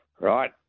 Right